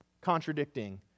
contradicting